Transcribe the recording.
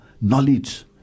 knowledge